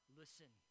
listen